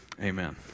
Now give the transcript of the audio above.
Amen